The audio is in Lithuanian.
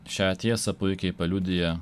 šią tiesą puikiai paliudija